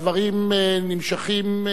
הדברים נמשכים,